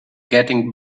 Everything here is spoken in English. getting